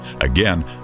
Again